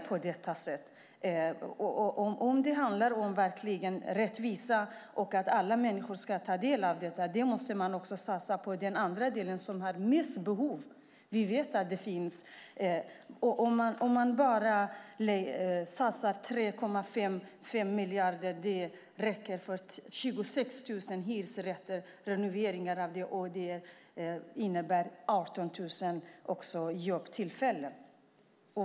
Om det verkligen handlar om rättvisa och att alla människor ska ta del av detta måste man också satsa på den andra delen, som har mest behov. Om man satsar 3,5 miljarder räcker det till renoveringar av 26 000 hyresrätter. Det innebär också 18 000 jobbtillfällen.